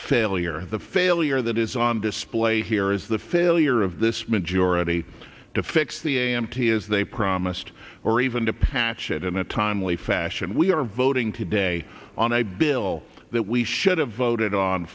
failure the failure that is on display here is the failure of this majority to fix the a m t as they promised or even to patch it in a timely fashion we are voting today on a bill that we should have voted on